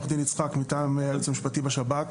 עו"ד יצחק מטעם הייעוץ המשפטי בשב"כ.